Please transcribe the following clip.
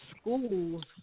schools